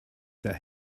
that